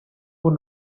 who